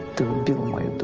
delay